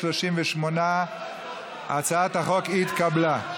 38. הצעת החוק התקבלה.